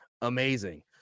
amazing